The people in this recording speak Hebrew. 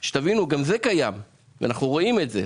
שתבינו, גם זה קיים ואנחנו רואים את זה.